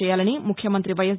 చేయాలని ముఖ్యమంతి వైఎస్